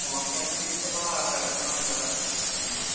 మాక్ interviews కూడా పెడుతున్నాము sir మేము